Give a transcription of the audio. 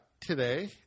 today